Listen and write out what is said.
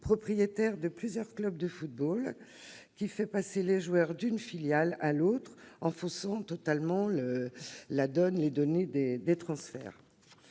propriétaire de plusieurs clubs de football, qui fait passer les joueurs d'une filiale à l'autre en faussant totalement la donne des transferts.